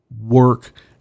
work